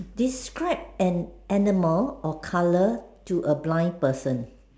describe an animal or colour to a blind person